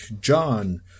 John